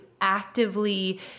actively